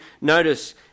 notice